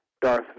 Darth